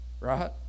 Right